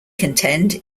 contend